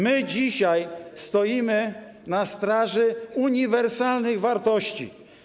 My dzisiaj stoimy na straży uniwersalnych wartości.